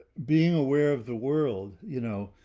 being aware of the world, you know,